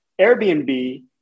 Airbnb